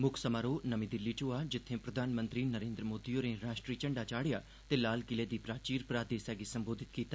मुक्ख समारोह नमीं दिल्ली च होआ जित्थें प्रधानमंत्री नरेन्द्र मोदी होरें राष्ट्री झंडा चाढ़ेआ ते लाल किले दी प्राचीर परा देसै गी संबोधित कीता